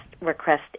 request